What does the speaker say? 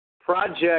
project